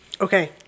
okay